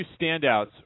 standouts